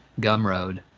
Gumroad